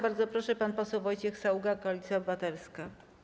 Bardzo proszę, pan poseł Wojciech Saługa, Koalicja Obywatelska.